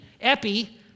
Epi